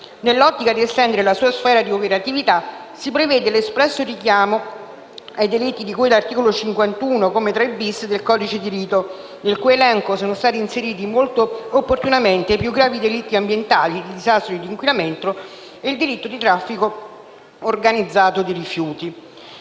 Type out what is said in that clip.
Nell'ottica di estendere la sua sfera di operatività, si prevede l'espresso richiamo ai delitti di cui all'articolo 51, comma 3-*bis*, del codice di rito, nel cui elenco sono stati inseriti molto opportunamente i più gravi delitti ambientali (di disastro e di inquinamento) e il delitto di traffico organizzato di rifiuti.